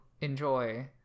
enjoy